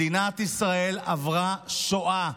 מדינת ישראל עברה שואה,